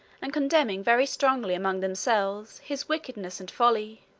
and condemning very strongly, among themselves, his wickedness and folly.